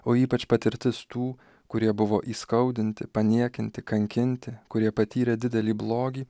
o ypač patirtis tų kurie buvo įskaudinti paniekinti kankinti kurie patyrė didelį blogį